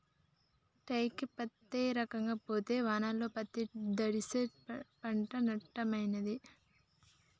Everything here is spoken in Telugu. టైంకి పత్తేరక పోతే వానలొస్తే పత్తి తడ్సి పంట నట్టమైనట్టే